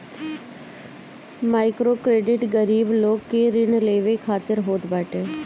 microcredit गरीब लोग के ऋण लेवे खातिर होत बाटे